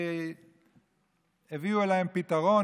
הביאו לה פתרון,